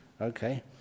Okay